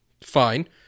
fine